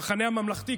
המחנה הממלכתי,